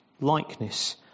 likeness